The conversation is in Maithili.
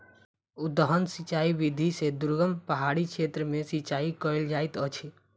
उद्वहन सिचाई विधि से दुर्गम पहाड़ी क्षेत्र में सिचाई कयल जाइत अछि